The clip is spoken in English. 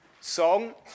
song